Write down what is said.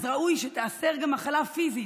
אז ראוי שתיאסר גם מחלה פיזית.